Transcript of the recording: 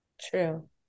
True